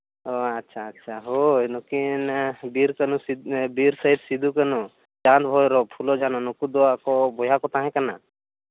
ᱚ ᱟᱪᱪᱷᱟ ᱟᱪᱪᱷᱟ ᱦᱳᱭ ᱱᱩᱠᱤᱱ ᱵᱤᱨ ᱠᱟᱱᱩ ᱵᱤᱨ ᱥᱚᱦᱤᱫ ᱥᱤᱫᱩ ᱠᱟᱹᱱᱦᱩ ᱪᱟᱸᱫᱽ ᱵᱷᱳᱭᱨᱳᱵᱽ ᱯᱷᱩᱞᱳ ᱡᱷᱟᱱᱚ ᱱᱩᱠᱩ ᱫᱚ ᱟᱠᱚ ᱵᱚᱭᱦᱟ ᱠᱚ ᱛᱟᱦᱮᱸ ᱠᱟᱱᱟ